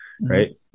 right